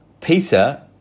Peter